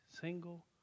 single